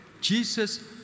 Jesus